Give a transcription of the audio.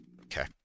Okay